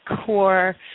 core